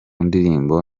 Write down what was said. ndirimbo